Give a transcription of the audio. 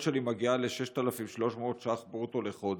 שלי מגיעה ל-6,300 ש"ח ברוטו לחודש,